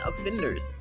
offenders